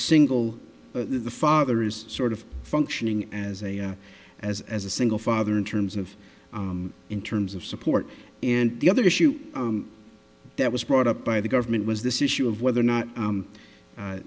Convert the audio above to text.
single but the father is sort of functioning as a as as a single father in terms of in terms of support and the other issue that was brought up by the government was this issue of whether or not